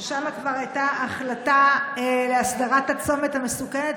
ששם כבר הייתה החלטה להסדרת הצומת המסוכן הזה,